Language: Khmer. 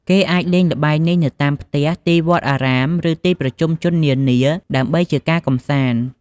គេអាចល្បែងនេះនៅតាមផ្ទះ ទីវត្តអារាម ឬ ទីប្រជុំជននានា ដើម្បីជាការកំសាន្ត។